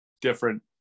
different